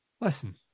listen